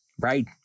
Right